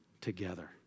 together